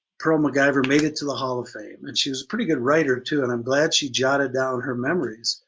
pearl mciver made it to the hall of fame. and she was a pretty good writer too, and i'm glad she jotted down her memories.